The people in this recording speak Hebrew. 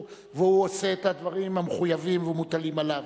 והוא היה עושה את הדברים המחויבים והמוטלים עליו.